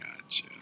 Gotcha